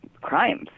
crimes